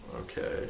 Okay